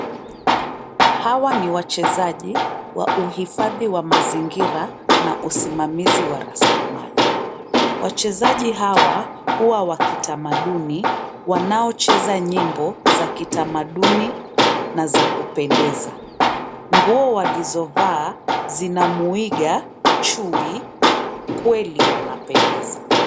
Hawa ni wachezaji wa uhifadhi wa mazingira na usimamizi wa rasilimali. Wachezaji hawa huwa wa kitamaduni wanaocheza nyimbo za kitamaduni na za kupendeza. Nguo walizovaa zinamwiga chui, kweli wanapendeza.